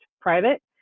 private